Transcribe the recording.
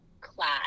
class